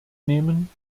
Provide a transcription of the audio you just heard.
nehmen